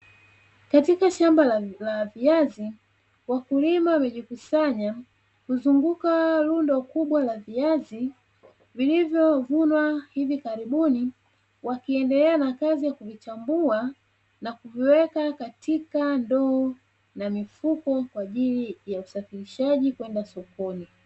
Katika shamba la viazi, wakulima wamejikusanya kuzunguka rundo kubwa la viazi vilivyovunwa hivi karibuni, wakiendelea na kazi ya kuvichambua na kuviweka katika ndoo na mifuko kwa ajili ya usafirishaji kwenda sokoni.